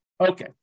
Okay